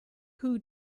who